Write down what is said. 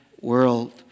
world